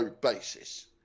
basis